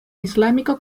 islámico